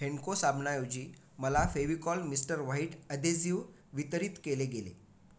हेनको साबणाऐवजी मला Fevicol mister white adhesive वितरित केले गेले